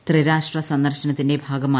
ത്രിരാഷ്ട്ര സന്ദർശനത്തിന്റെ ഭാഗമായി